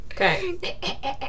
Okay